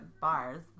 bars